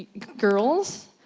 girls,